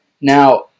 Now